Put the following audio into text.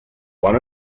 one